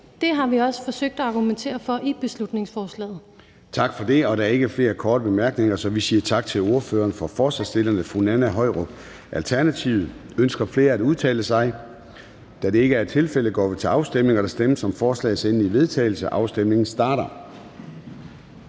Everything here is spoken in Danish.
Det har vi også forsøgt at argumentere for i beslutningsforslaget. Kl. 10:14 Formanden (Søren Gade): Tak for det, og der er ikke flere korte bemærkninger, så vi siger tak til ordføreren for forslagsstillerne, fru Nanna Høyrup, Alternativet. Ønsker flere at udtale sig? Da det ikke er tilfældet, går vi til afstemning. Kl. 10:14 Afstemning Formanden (Søren Gade): Der stemmes